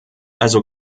also